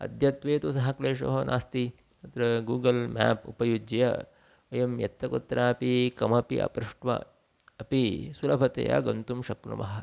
अद्यत्वे तु सः क्लेशोः नास्ति अत्र गूगल् म्याप् उपयुज्य वयं यत्तकुत्रापि कमपि अपृष्ट्वा अपि सुलभतया गन्तुं शक्नुमः